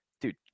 dude